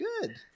good